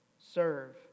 serve